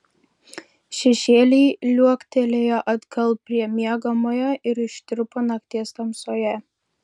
šešėliai liuoktelėjo atgal prie miegamojo ir ištirpo nakties tamsoje